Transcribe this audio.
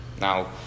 Now